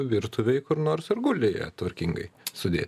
virtuvėj kur nors ir guli jie tvarkingai sudėti